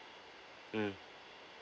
mm